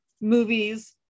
movies